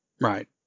Right